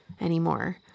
anymore